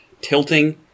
tilting